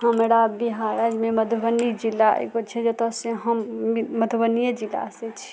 हमरा बिहारमे मधुबनी जिला एगो छै जतऽ से हम मधुबनीये जिला से छी